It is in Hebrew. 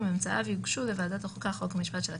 וממצאיו יוגשו לוועדת החוקה חוק ומשפט של הכנסת,